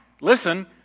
listen